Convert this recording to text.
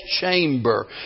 chamber